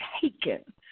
taken